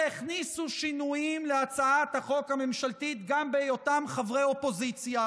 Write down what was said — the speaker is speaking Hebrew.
שהכניסו שינויים להצעת החוק הממשלתית גם בהיותם חברי אופוזיציה,